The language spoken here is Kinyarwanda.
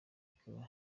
ikaba